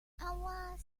awas